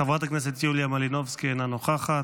חברת הכנסת יוליה מלינובסקי, אינה נוכחת,